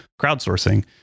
crowdsourcing